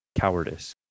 cowardice